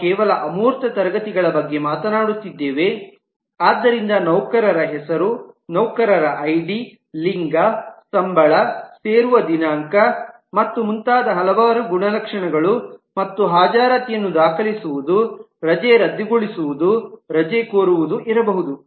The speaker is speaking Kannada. ನಾವು ಕೇವಲ ಅಮೂರ್ತ ತರಗತಿಗಳ ಬಗ್ಗೆ ಮಾತನಾಡುತ್ತಿದ್ದೇವೆ ಆದ್ದರಿಂದ ನೌಕರರ ಹೆಸರು ನೌಕರರ ಐಡಿ ಲಿಂಗ ಸಂಬಳ ಸೇರುವ ದಿನಾಂಕ ಮತ್ತು ಮುಂತಾದ ಹಲವಾರು ಗುಣಲಕ್ಷಣಗಳು ಮತ್ತು ಹಾಜರಾತಿಯನ್ನು ದಾಖಲಿಸುವುದು ರಜೆ ರದ್ದುಗೊಳಿಸುವುದು ರಜೆ ಕೋರುವುದು ಇರಬಹುದು